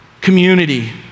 Community